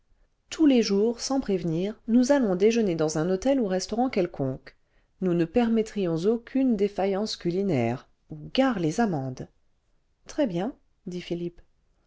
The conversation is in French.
tous les jours sans prévenu nous allons déjeuner dans un hôtel ou restaurant quelconque nous ne permettrions aucune défaillance culinaire ou gare les amendes très bien dit philippe